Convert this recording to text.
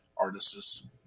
artists